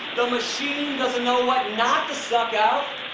the machine doesn't know what not to suck out!